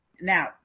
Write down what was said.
Now